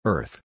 Earth